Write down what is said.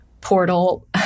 portal